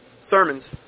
sermons